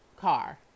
car